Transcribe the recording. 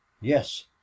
yes